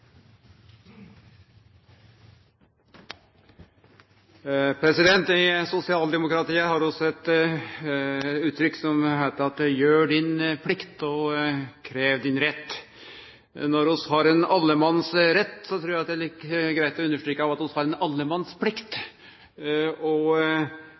I sosialdemokratiet har vi eit uttrykk: Gjer di plikt og krev din rett. Når vi har ein allemannsrett, trur eg at det er like greit å understreke at vi har ei allemannsplikt. Det å ta omsyn både til grunneigarane og